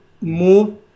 move